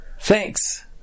thanks